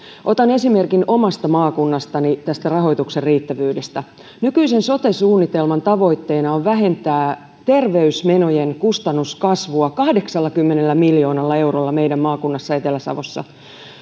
otan esimerkin omasta maakunnastani tämän rahoituksen riittävyydestä nykyisin sote suunnitelman tavoitteena on vähentää terveysmenojen kustannuskasvua kahdeksallakymmenellä miljoonalla eurolla meidän maakunnassamme etelä savossa